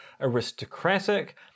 aristocratic